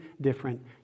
different